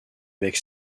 avec